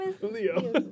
Leo